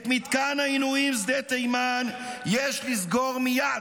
את מתקן העינויים שדה תימן יש לסגור מייד,